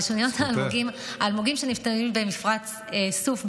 האלמוגים שנמצאים במפרץ סוף,